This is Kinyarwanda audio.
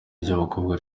ry’abakobwa